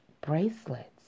bracelets